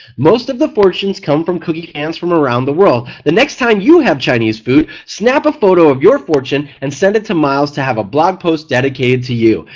most of the fortunes come from cookies and from around the world. the next time you have chinese food snap a photo of your fortune and send it to myles to have a blog post dedicated to you.